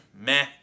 meh